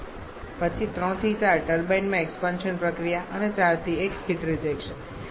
પછી 3 થી 4 ટર્બાઇનમાં એક્સપાન્શન પ્રક્રિયા અને 4 થી 1 હીટ રિજેક્શન